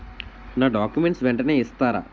నా డాక్యుమెంట్స్ వెంటనే ఇస్తారా?